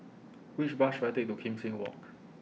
Which Bus should I Take to Kim Seng Walk